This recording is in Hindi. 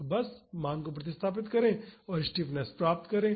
तो बस मान को प्रतिस्थापित करें और स्टिफनेस प्राप्त करें